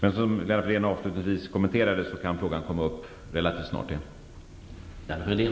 Som Lennart Fridén avslutningsvis sade kan frågan komma upp relativt snart igen.